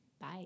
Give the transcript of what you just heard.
bye